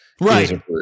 right